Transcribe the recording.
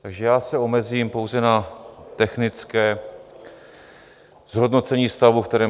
Takže já se omezím pouze na technické zhodnocení stavu, ve kterém jsme.